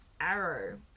Arrow